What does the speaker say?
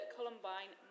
Columbine